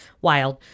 wild